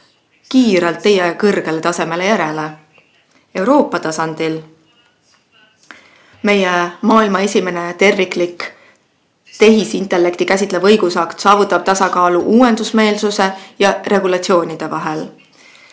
jõuavad teie kõrgele tasemele kiirelt järele. Euroopa tasandil saavutab meie maailma esimene terviklik tehisintellekti käsitlev õigusakt tasakaalu uuendusmeelsuse ja regulatsioonide vahel.